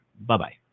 bye-bye